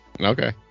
Okay